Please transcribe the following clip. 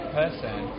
person